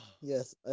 Yes